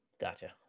Gotcha